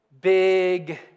big